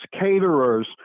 caterers